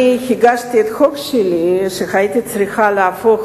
אני הגשתי את החוק שלי, שהייתי צריכה להפוך